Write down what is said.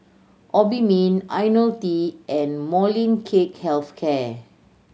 Obimin Ionil T and Molnylcke Health Care